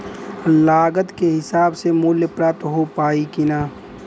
लागत के हिसाब से मूल्य प्राप्त हो पायी की ना?